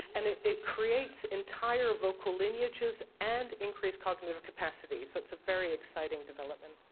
and it it creates entire vocal lineages and increased cognitive capacity, so it's a very exciting development.